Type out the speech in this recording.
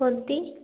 कोणती